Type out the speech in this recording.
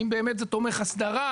האם באמת זה תומך הסדרה?